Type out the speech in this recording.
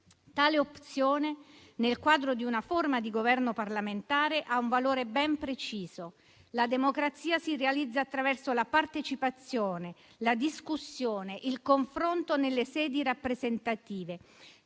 Tale opzione, nel quadro di una forma di Governo parlamentare, ha un valore ben preciso. La democrazia si realizza attraverso la partecipazione, la discussione, il confronto nelle sedi rappresentative,